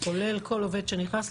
כולל כל עובד שנכנס,